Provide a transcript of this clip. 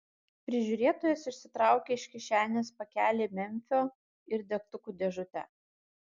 prižiūrėtojas išsitraukė iš kišenės pakelį memfio ir degtukų dėžutę